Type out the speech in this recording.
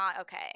okay